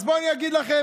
אז בואו אני אגיד לכם.